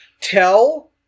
Tell